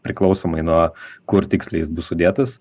priklausomai nuo kur tiksliai jis bus sudėtas